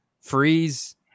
freeze